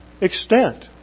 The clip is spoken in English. extent